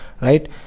right